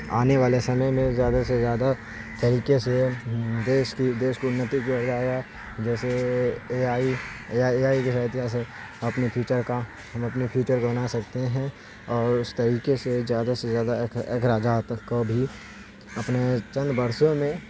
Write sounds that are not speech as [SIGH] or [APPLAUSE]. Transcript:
آنے والے سمے میں زیادہ سے زیادہ طریقے سے دیش کی دیش کو انتی بھی ہو جائے گا جیسے A I A I A I کے [UNINTELLIGIBLE] اپنے فیوچر کا ہم اپنے فیوچر بنا سکتے ہیں اور اس طریقے سے زیادہ سے زیادہ اخراجات کو بھی اپنے چند برسوں میں